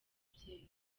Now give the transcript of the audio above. mubyeyi